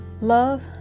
Love